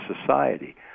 society